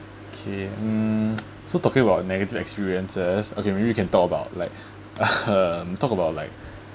okay mm so talking about negative experiences okay maybe we can talk about like talk about like